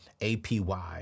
APY